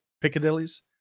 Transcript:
Piccadilly's